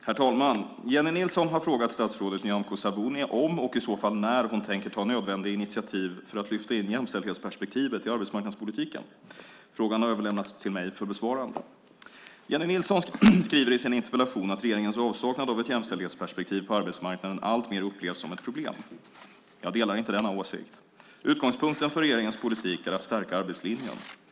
Herr talman! Jennie Nilsson har frågat statsrådet Nyamko Sabuni om och i så fall när hon tänker ta nödvändiga initiativ för att lyfta in jämställdhetsperspektivet i arbetsmarknadspolitiken. Frågan har överlämnats till mig för besvarande. Jennie Nilsson skriver i sin interpellation att regeringens avsaknad av ett jämställdhetsperspektiv på arbetsmarknaden alltmer upplevs som ett problem. Jag delar inte denna åsikt. Utgångspunkten för regeringens politik är att stärka arbetslinjen.